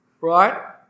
right